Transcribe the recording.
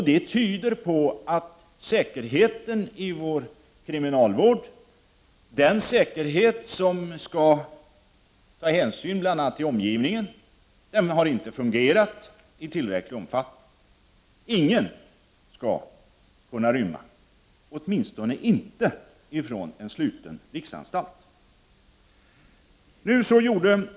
Det tyder på att säkerheten i vår kriminalvård, dvs. den säkerhet som skall ta hänsyn till omgivningen, inte har fungerat i tillräcklig omfattning. Ingen skall kunna rymma, åtminstone inte från en sluten riksanstalt.